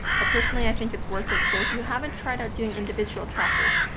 but personally i think it's worth it. so if you haven't tried doing individual trackers,